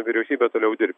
vyriausybė toliau dirbt